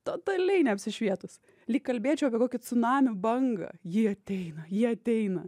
totaliai neapsišvietus lyg kalbėčiau apie kokį cunamio bangą ji ateina ji ateina